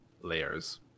layers